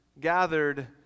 gathered